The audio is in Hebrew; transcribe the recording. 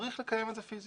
צריך לקיים את זה פיסית.